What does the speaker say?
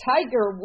Tiger